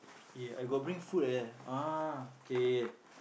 eh I got bring food eh ah K K K